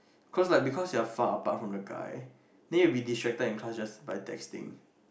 cause like because you are far apart from the guy then you'll be disrupted in the class just by texting